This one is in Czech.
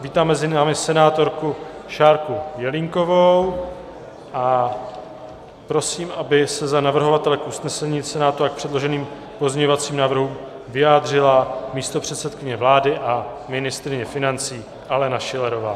Vítám mezi námi senátorku Šárku Jelínkovou a prosím, aby se za navrhovatele k usnesení Senátu a k předloženým pozměňovacím návrhům vyjádřila místopředsedkyně vlády a ministryně financí Alena Schillerová.